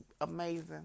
amazing